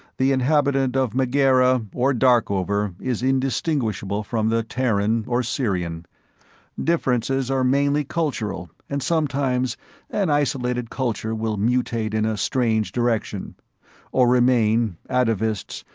the inhabitant of megaera or darkover is indistinguishable from the terran or sirian differences are mainly cultural, and sometimes an isolated culture will mutate in a strange direction or remain, atavists,